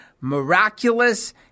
miraculous